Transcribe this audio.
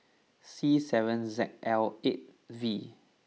C seven Z L eight V